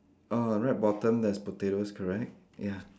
ah right bottom there's potatoes correct ya